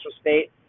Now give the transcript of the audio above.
state